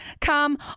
come